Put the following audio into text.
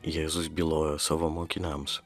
jėzus bylojo savo mokiniams